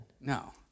No